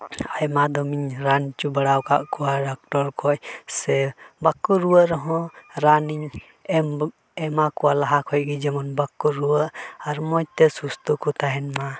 ᱟᱭᱢᱟ ᱫᱚᱢᱮᱧ ᱨᱟᱱ ᱦᱚᱪᱚ ᱵᱟᱲᱟ ᱠᱟᱫ ᱠᱚᱣᱟ ᱰᱚᱠᱴᱚᱨ ᱠᱷᱚᱡ ᱥᱮ ᱵᱟᱠᱚ ᱨᱩᱣᱟᱹᱜ ᱨᱮᱦᱚᱸ ᱨᱟᱱ ᱤᱧ ᱮᱢᱟ ᱠᱚᱣᱟ ᱞᱟᱦᱟ ᱠᱷᱚᱡ ᱜᱮ ᱡᱮᱢᱚᱱ ᱵᱟᱠᱚ ᱨᱩᱣᱟᱹᱜ ᱟᱨ ᱢᱚᱡᱽ ᱛᱮ ᱥᱩᱥᱛᱷᱚ ᱠᱚ ᱛᱟᱦᱮᱱ ᱢᱟ